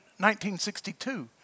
1962